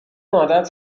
عادت